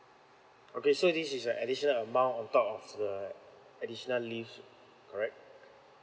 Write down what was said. okay so this is a additional amount on top of the additional leave correct